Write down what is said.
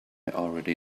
already